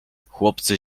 chłopcy